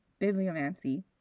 Bibliomancy